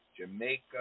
Jamaica